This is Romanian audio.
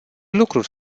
lucruri